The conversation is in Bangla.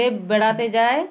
বেড়াতে যায়